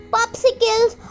Popsicles